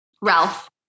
Ralph